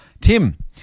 Tim